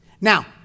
Now